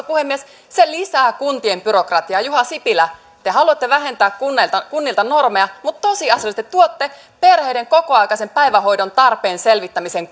puhemies se lisää kuntien byrokratiaa juha sipilä te haluatte vähentää kunnilta kunnilta normeja mutta tosiasiallisesti tuotte perheiden kokoaikaisen päivähoidon tarpeen selvittämisen